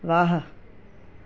वाह